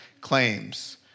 claims